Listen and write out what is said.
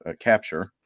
capture